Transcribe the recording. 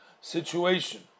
situation